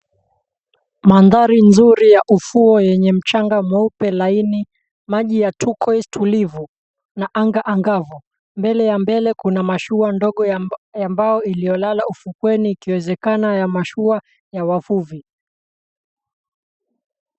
Mandhari nzuri ya ufuo yenye mchanga mweupe laini, maji ya turquoise tulivu, na anga angavu. Mbele ya mbele kuna mashua ndogo ya mbao iliyolala ufukweni ikiwezekana ya mashua ya wavuvi.